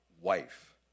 wife